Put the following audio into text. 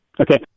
Okay